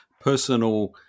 personal